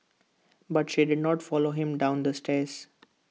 but she did not follow him down the stairs